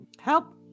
help